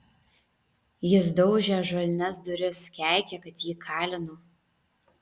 jis daužė ąžuolines duris keikė kad jį kalinu